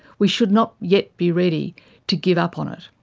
we should not yet be ready to give up on it,